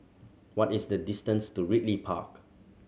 what is the distance to Ridley Park